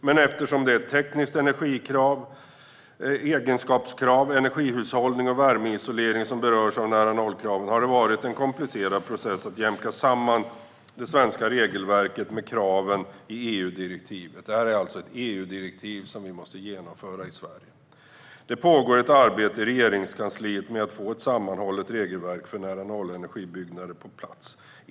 Men eftersom det är ett tekniskt egenskapskrav, energihushållning och värmeisolering som berörs av nära-nollkraven har det varit en komplicerad process att jämka samman det svenska regelverket med kraven i EU-direktivet. Detta handlar alltså om ett EU-direktiv som vi måste genomföra i Sverige. Det pågår ett arbete i Regeringskansliet med att få ett sammanhållet regelverk för nära-nollenergibyggnader på plats.